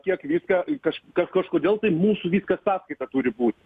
kiek viską į kaž kaž kažkodėl mūsų viskas sąskaita turi būt